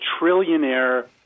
trillionaire